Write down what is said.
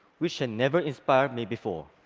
which had never inspired me before.